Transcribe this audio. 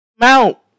out